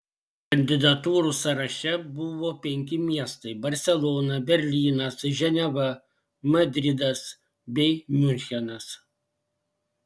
kandidatūrų sąraše buvo penki miestai barselona berlynas ženeva madridas bei miunchenas